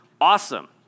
awesome